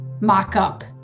mock-up